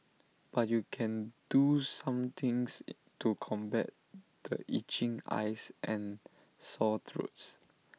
but you can do some things IT to combat the itching eyes and sore throats